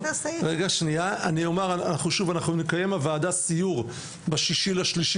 אנחנו נקיים בוועדה סיור ב-3.3,